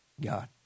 God